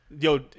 Yo